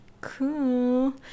Cool